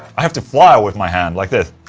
i have to fly with my hand like this